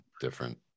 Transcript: different